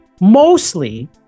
mostly